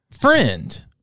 friend